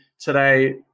today